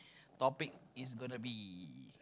topic is gonna be